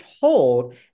told